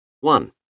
one